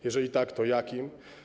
Jeżeli tak, to jakim?